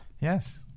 Yes